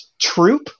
troop